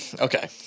Okay